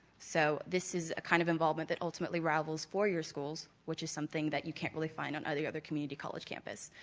so this is a kind of involvement that ultimately ravels four year schools which is something that you can't really find on other other community college campus.